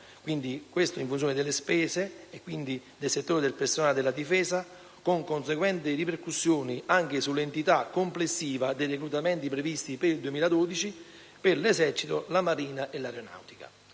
ridimensionamento delle spese relative al settore del personale della Difesa, con conseguenti ripercussioni anche sull'entità complessiva dei reclutamenti previsti nel 2012, per l'esercito, la marina e l'aeronautica.